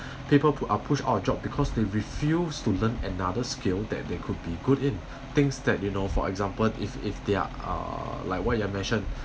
people who are push out of job because they refused to learn another skill that they could be good in things that you know for example if if they're uh like what you've mentioned